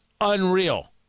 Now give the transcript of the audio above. unreal